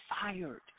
fired